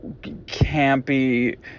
campy